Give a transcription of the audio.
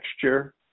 texture